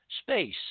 Space